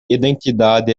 identidade